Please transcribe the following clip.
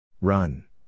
Run